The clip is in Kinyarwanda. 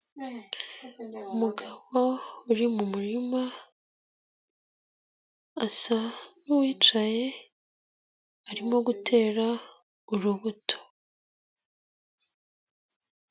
Umugabo uri mu murima, asa nk'uwicaye, arimo gutera urubuto.